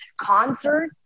Concert